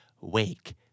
wake